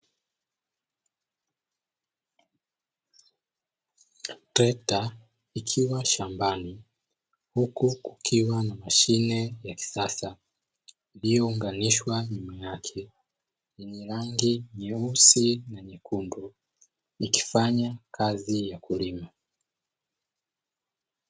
Trekta ikiwa shambani huku kukiwa na mashine ya kisasa, iliyounganishwa nyuma yake ndani yenye rangi nyeusi na nyekundu. Ikifanya kazi ya kulima.